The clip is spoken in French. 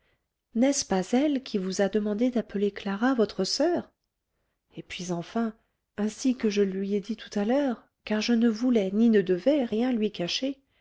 n'est-ce pas elle qui vous a demandé d'appeler clara votre soeur et puis enfin ainsi que je lui ai dit tout à l'heure car je ne voulais ni ne devais rien lui cacher